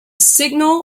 signal